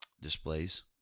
displays